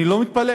אני לא מתפלא.